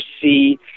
see